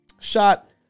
shot